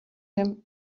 him